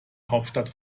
hauptstadt